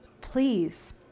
please